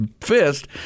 fist